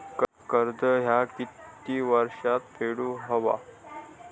कर्ज ह्या किती वर्षात फेडून हव्या?